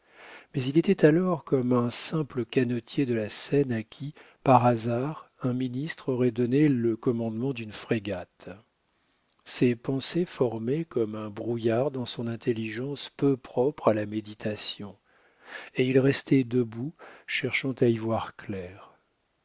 mais il était alors comme un simple canotier de la seine à qui par hasard un ministre aurait donné le commandement d'une frégate ces pensées formaient comme un brouillard dans son intelligence peu propre à la méditation et il restait debout cherchant à y voir clair